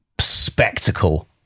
spectacle